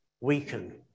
weaken